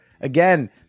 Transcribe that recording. Again